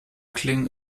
klingen